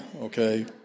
Okay